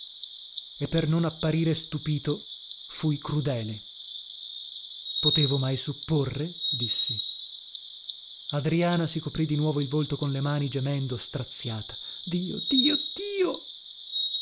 e per non apparire stupito fui crudele potevo mai supporre dissi adriana si coprì di nuovo il volto con le mani gemendo straziata dio dio dio